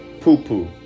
poo-poo